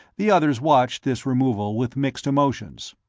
the others watched this removal with mixed emotions.